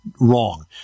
wrong